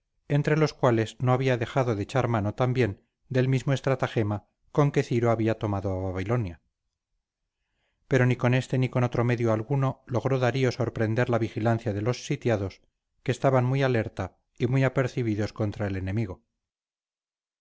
entre los cuales no había dejado de echar mano también del mismo estratagema con que ciro había tomado a babilonia pero ni con este ni con otro medio alguno logró darío sorprender la vigilancia de los sitiados que estaban muy alerta y muy apercibidos contra el enemigo